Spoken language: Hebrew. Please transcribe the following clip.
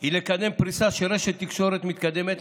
היא לקדם פריסה של רשת תקשורת מתקדמת,